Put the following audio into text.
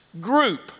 group